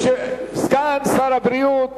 סגן שר הבריאות